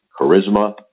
charisma